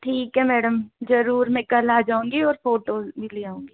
ठीक है मैडम जरुर मैं कल आ जाऊँगी और फोटो भी ले आऊँगी